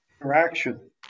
interaction